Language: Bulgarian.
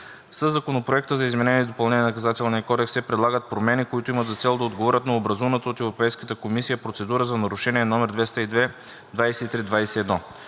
Със Законопроекта за изменение и допълнение на Наказателния кодекс се предлагат промени, които имат за цел да отговорят на образуваната от Европейската комисия процедура за нарушение № 2020/2321.